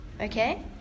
okay